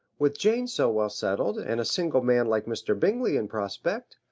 with jane so well settled, and a single man like mr. bingley in prospect,